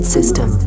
System